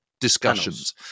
discussions